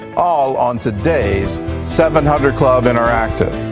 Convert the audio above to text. all on today's seven hundred club interactive.